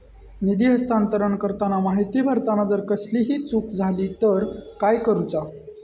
निधी हस्तांतरण करताना माहिती भरताना जर कसलीय चूक जाली तर काय करूचा?